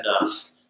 enough